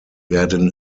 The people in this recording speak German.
werden